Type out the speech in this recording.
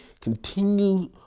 continue